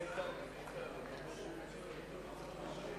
דרך אגב.